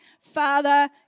Father